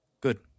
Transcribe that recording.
Good